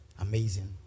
Amazing